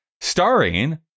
starring